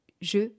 je